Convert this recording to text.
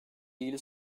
ilgili